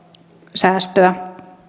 säästöä